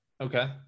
Okay